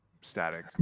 static